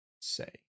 say